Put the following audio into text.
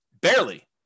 Barely